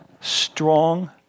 strong